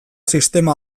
sistema